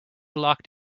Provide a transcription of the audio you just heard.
locked